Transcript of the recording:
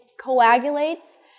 coagulates